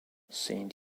saint